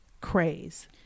craze